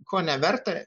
ko neverta